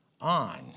on